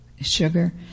sugar